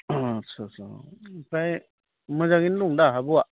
आट्चा आट्चा ओमफ्राय मोजाङैनो दङ दा आब'आ